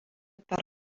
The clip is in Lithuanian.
per